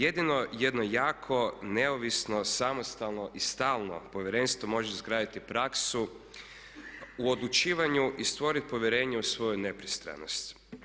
Jedino jedno jako neovisno, samostalno i stalno povjerenstvo može izgraditi praksu u odlučivanju i stvoriti povjerenje u svoju nepristranost.